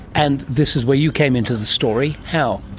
and this is where you came into the story. how?